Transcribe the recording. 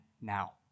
now